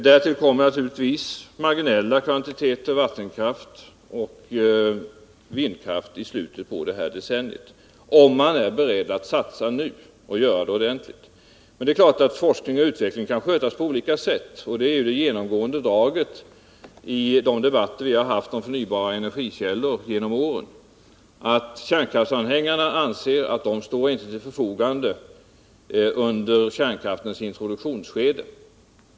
Därtill får vi naturligtvis också mindre kvantiteter vattenkraft och vindkraft i slutet av detta decennium, om man är beredd att satsa ordentligt nu. Det är klart att forskning och utveckling kan skötas på olika sätt. Det genomgående draget i de debatter vi har haft om förnybara energikällor genom åren är att kärnkraftsanhängarna anser att sådana inte står till förfogande under kärnkraftens introduktionsskede.